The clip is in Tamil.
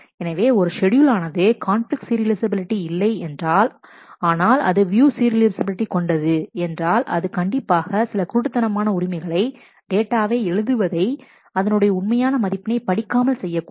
எனவே ஒரு ஷெட்யூல் ஆனது கான்பிலிக்ட் சீரியலைஃசபிலிட்டி இல்லை என்றால் ஆனால் அது வியூ சீரியலைஃசபிலிட்டி கொண்டது என்றால் அது கண்டிப்பாக சில குருட்டுத்தனமான உரிமைகளை டேட்டாவை எழுதுவதில் அதனுடைய உண்மையான மதிப்பினை படிக்காமல் செய்யக்கூடும்